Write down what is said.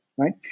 Right